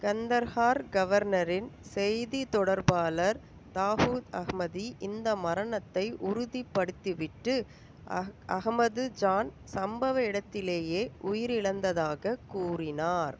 கந்தர்ஹார் கவர்னரின் செய்தித் தொடர்பாளர் தாவூத் அஹ்மதி இந்த மரணத்தை உறுதிப்படுத்திவிட்டு அக அகமது ஜான் சம்பவ இடத்திலேயே உயிரிழந்ததாகக் கூறினார்